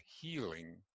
healing